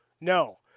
no